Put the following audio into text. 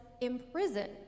imprisoned